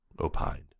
opined